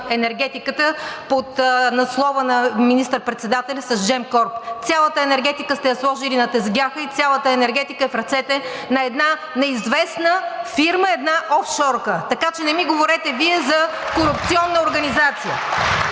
енергетиката под надслова на министър-председателя с „Джем корп“. Цялата енергетика сте я сложили на тезгяха и цялата енергетика е в ръцете на една неизвестна фирма, една офшорка. Така че не ми говорете Вие за корупционна организация.